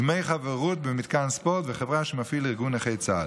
דמי חברות במתקן ספורט וחברה שמפעיל ארגון נכי צה"ל.